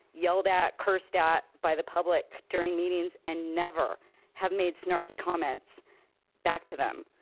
yelled at, cursed at by the public during meetings and never have made snarky comments back to them.